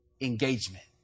engagement